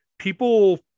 People